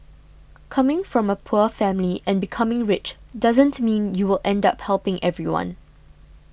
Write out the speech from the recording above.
coming from a poor family and becoming rich doesn't mean you will end up helping everyone